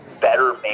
better